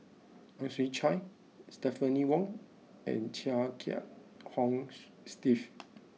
Ang Chwee Chai Stephanie Wong and Chia Kiah Hong Steve